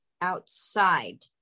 outside